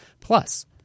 Plus